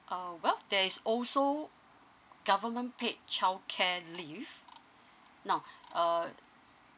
uh well there is also government paid childcare leave now uh